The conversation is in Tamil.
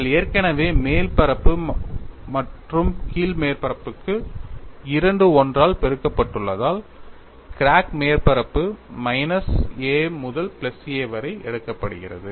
நீங்கள் ஏற்கனவே மேல் மேற்பரப்பு மற்றும் கீழ் மேற்பரப்புக்கு 2 ஒன்றால் பெருக்கப்பட்டுள்ளதால் கிராக் மேற்பரப்பு மைனஸ் a முதல் பிளஸ் a வரை எடுக்கப்படுகிறது